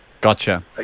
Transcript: Gotcha